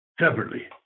separately